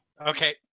Okay